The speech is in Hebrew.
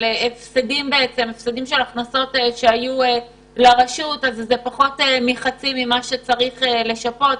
על הפסדים של הכנסות שהיו לרשות אז זה פחות מחצי ממה שצריך לשפות.